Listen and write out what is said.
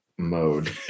mode